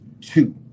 Two